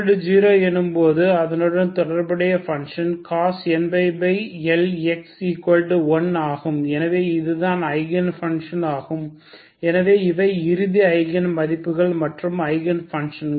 n0 எனும் போது அதனுடன் தொடர்புடைய பங்க்ஷன் cos nπLx 1 ஆகும் எனவே அதுதான் ஐகன் ஃபங்க்ஷன் ஆகும் எனவே இவை இறுதி ஐகன் மதிப்புகள் மற்றும் ஐகன் ஃபங்க்ஷன்கள்